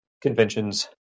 conventions